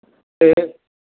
ਅਤੇ